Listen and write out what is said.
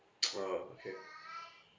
uh okay